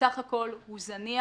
בסך הכול הוא זניח.